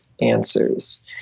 answers